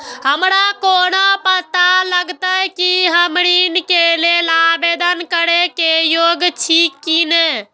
हमरा कोना पताा चलते कि हम ऋण के लेल आवेदन करे के योग्य छी की ने?